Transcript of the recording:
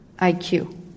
IQ